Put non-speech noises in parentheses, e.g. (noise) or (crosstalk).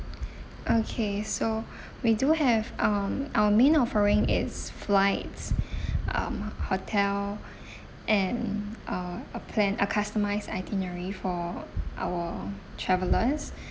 (breath) okay so (breath) we do have um our main offering is flights (breath) um hotel (breath) and uh a plan a customised itinerary for our travellers (breath)